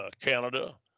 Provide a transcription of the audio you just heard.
Canada